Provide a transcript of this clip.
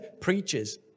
preaches